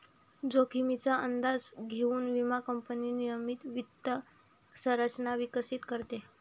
जोखमीचा अंदाज घेऊन विमा कंपनी नियमित वित्त संरचना विकसित करते